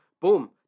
Boom